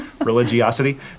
Religiosity